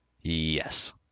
Yes